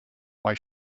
why